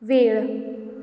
वेळ